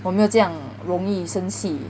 我没有这样容易生气